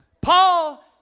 Paul